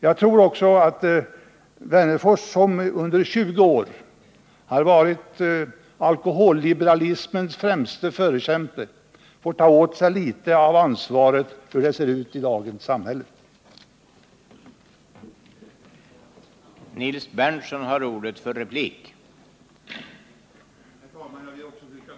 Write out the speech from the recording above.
Jag tror också att Alf Wennerfors, som under 20 år varit alkoholliberalismens främste förkämpe, får ta på sig litet av ansvaret för hur det ser ut i dagens samhälle. Herr talman! Jag ber att få yrka bifall till utskottets hemställan.